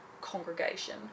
congregation